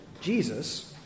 Jesus